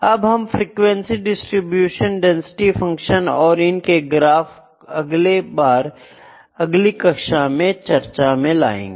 अब हम frequency distribution probability density function तथा इनके ग्राफ अगले बार अगली कक्षा में चर्चा में लाएंगे